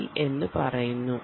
C NFC എന്നു പറയുന്നു